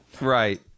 right